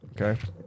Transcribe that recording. Okay